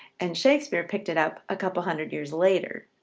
and shakespeare picked it up a couple-hundred years later.